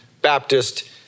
Baptist